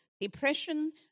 depression